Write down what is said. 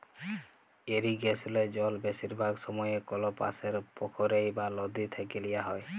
ইরিগেসলে জল বেশিরভাগ সময়ই কল পাশের পখ্ইর বা লদী থ্যাইকে লিয়া হ্যয়